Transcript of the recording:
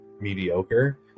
mediocre